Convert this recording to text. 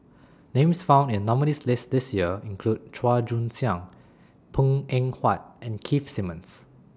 Names found in nominees' list This Year include Chua Joon Siang Png Eng Huat and Keith Simmons